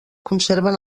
conserven